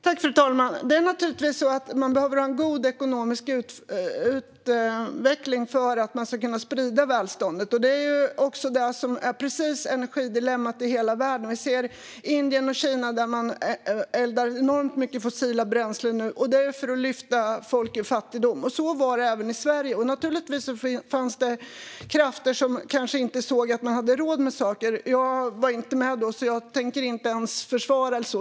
Fru talman! Man behöver naturligtvis ha en god ekonomisk utveckling för att kunna sprida välståndet. Det är detta som är energidilemmat i hela världen. I Indien och Kina eldar man enormt mycket fossila bränslen för att lyfta folk ur fattigdom. Så var det även i Sverige. Naturligtvis fanns det krafter som kanske inte såg till att man hade råd med saker. Jag var inte med då, så jag tänker inte försvara det.